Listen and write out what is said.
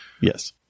Yes